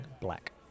black